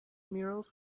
murals